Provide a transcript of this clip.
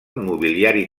mobiliari